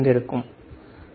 3803 ×10 23 வெப்ப இரைச்சல்